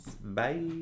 bye